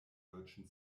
deutschen